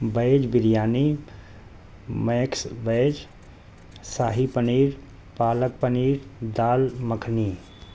veg biryani mix veg shahi paneer palak paneer dal makhani